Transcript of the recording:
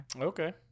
Okay